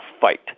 fight